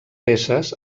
peces